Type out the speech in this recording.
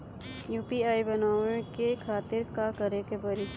UPI बनावे के खातिर का करे के पड़ी?